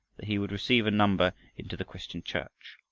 that he would receive a number into the christian church.